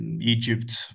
egypt